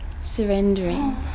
surrendering